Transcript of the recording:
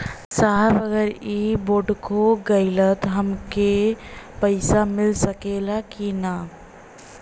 साहब अगर इ बोडखो गईलतऽ हमके पैसा मिल सकेला की ना?